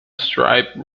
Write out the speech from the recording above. stripe